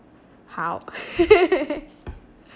好